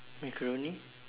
macaroni